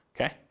okay